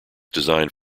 designed